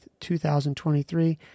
2023